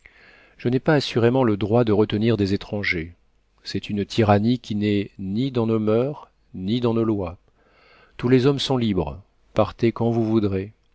je n'ai pas assurément le droit de retenir des étrangers c'est une tyrannie qui n'est ni dans nos moeurs ni dans nos lois tous les hommes sont libres partez quand vous voudrez